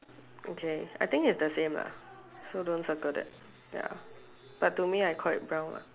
okay I think it's the same lah so don't circle that ya but to me I call it brown lah